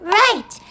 right